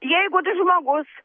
jeigu žmogus